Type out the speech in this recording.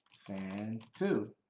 fan too.